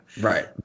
Right